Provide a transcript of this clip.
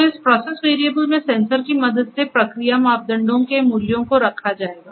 तो इस process variable में सेंसर की मदद से प्रक्रिया मापदंडों के मूल्यों को रखा जाएगा